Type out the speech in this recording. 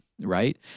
right